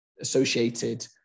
associated